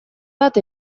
bat